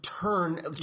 turn